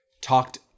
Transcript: talked